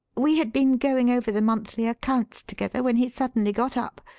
we had been going over the monthly accounts together, when he suddenly got up,